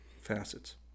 facets